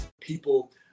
People